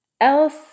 else